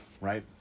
right